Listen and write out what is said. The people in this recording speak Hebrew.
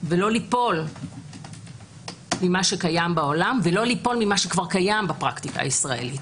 ולא ליפול ממה שקיים בעולם וממה שכבר קיים בפרקטיקה הישראלית.